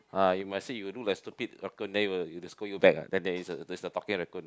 ah you must say you look like stupid raccoon then they they will scold you back ah then there is a there is a talking raccoon